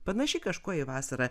panaši kažkuo į vasarą